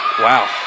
Wow